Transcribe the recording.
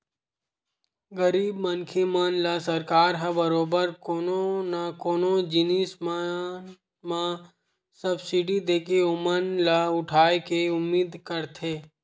गरीब मनखे मन ल सरकार ह बरोबर कोनो न कोनो जिनिस मन म सब्सिडी देके ओमन ल उठाय के उदिम करथे